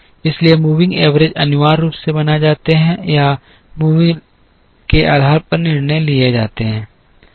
इसलिए moving average अनिवार्य रूप से बनाए जाते हैं या मूविंग के आधार पर निर्णय लेते हैं